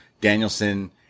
Danielson